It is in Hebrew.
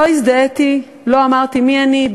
לא הזדהיתי, לא אמרתי מי אני.